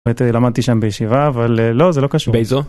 ב' למדתי שם בישיבה, אבל, לא, זה לא קשור. - באיזו?